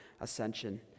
ascension